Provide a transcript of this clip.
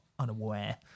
unaware